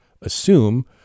assume